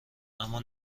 اما